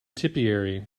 tipperary